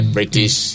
British